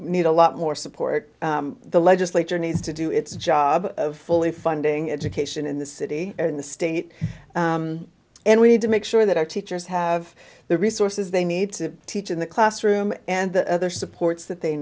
need a lot more support the legislature needs to do its job of fully funding education in the city in the state and we need to make sure that our teachers have the resources they need to teach in the classroom and the other supports that they